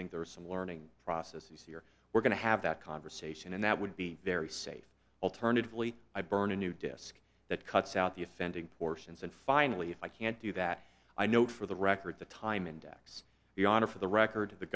think there is some learning process here we're going to have that conversation and that would be very safe alternatively i burn a new desk that cuts out the offending portions and finally if i can't do that i note for the record the time index the honor for the record of the